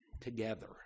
together